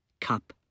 cup